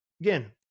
again